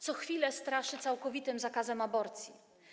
Co chwilę straszy całkowitym zakazem aborcji.